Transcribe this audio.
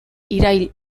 irail